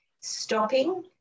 stopping